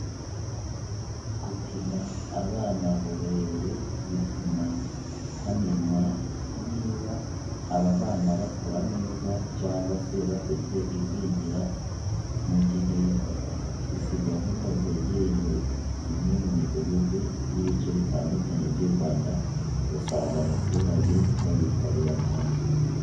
Gupima abana uburebure bituma hamenwa niba aba bana bakura neza cyangwa se bafite igwingira, mu gihe izi gahunda zegerejwe imwe mu midugudu y'ibice bitandukanye by'u Rwanda usanga abaturage bayitabira cyane.